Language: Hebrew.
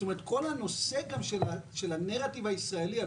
זאת אומרת שכל הנושא של הנרטיב הישראלי על